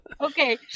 okay